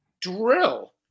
drill